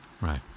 Right